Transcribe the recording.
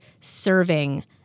serving